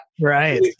Right